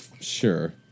sure